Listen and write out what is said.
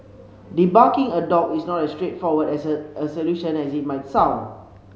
debarking a dog is not as straightforward as a a solution as it might sound